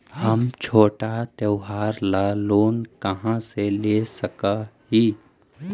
हम छोटा त्योहार ला लोन कहाँ से ले सक ही?